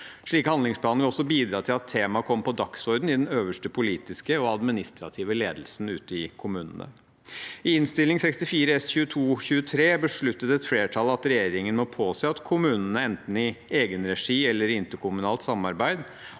Slike handlingsplaner vil også bidra til at temaet kommer på dagsordenen i den øverste politiske og administrative ledelsen ute i kommunene. I Innst. 64 S for 2022–2023 besluttet et flertall at regjeringen må påse at kommunene, enten i egenregi eller i interkommunalt samarbeid,